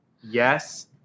Yes